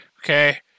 Okay